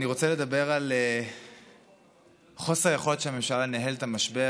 אני רוצה לדבר על חוסר היכולת של הממשלה לנהל את המשבר.